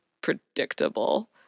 predictable